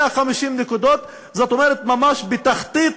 150 נקודות, זאת אומרת ממש בתחתית